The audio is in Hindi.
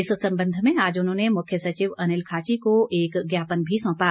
इस संबंध में आज उन्होंने मुख्य सचिव अनिल खाची को एक ज्ञापन भी सौंपा